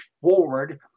forward